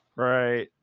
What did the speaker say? right.